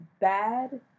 bad